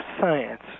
science